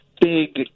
big